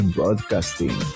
Broadcasting